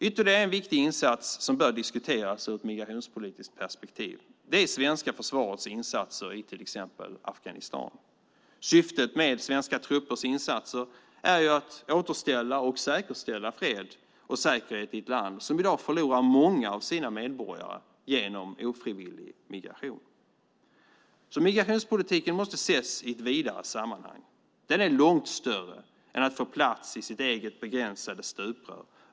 Ytterligare en viktig insats som bör diskuteras ur ett migrationspolitiskt perspektiv är svenska försvarets insatser i till exempel Afghanistan. Syftet med svenska truppers insatser är att återställa och säkerställa fred och säkerhet i ett land som i dag förlorar många av sina medborgare genom ofrivillig migration. Migrationspolitiken måste ses i ett vidare sammanhang. Den är alldeles för stor för att få plats i sitt eget begränsade stuprör.